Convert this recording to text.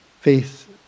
Faith